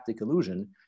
illusion